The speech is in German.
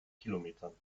kilometern